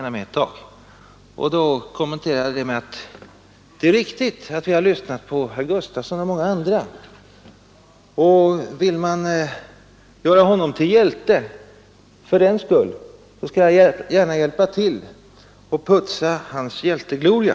Jag kommenterade det i morse med att säga att det är riktigt att vi lyssnat till vad herr Gustafsson och många andra haft att säga. Vill man göra honom till hjälte fördenskull, så skall jag, sade jag, gärna hjälpa till att putsa hans hjältegloria.